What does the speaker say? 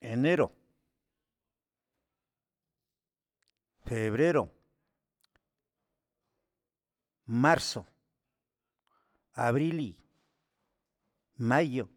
Enero, febrero, marzo, abrili, mayo,